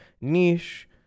niche